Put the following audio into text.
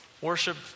Worship